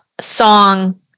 song